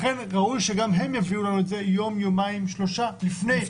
לכן ראוי שגם הם יביאו לנו אותן יום יומיים שלושה לפני.